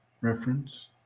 Reference